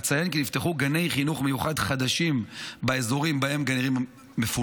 אציין כי נפתחו גני חינוך מיוחד חדשים באזורים שבהם גרים מפונים,